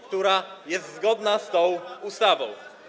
która jest zgodna z tą ustawą.